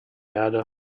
erde